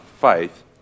faith